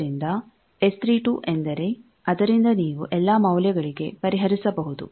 ಆದ್ದರಿಂದ S3 2 ಎಂದರೆ ಅದರಿಂದ ನೀವು ಎಲ್ಲಾ ಮೌಲ್ಯಗಳಿಗೆ ಪರಿಹರಿಸಬಹುದು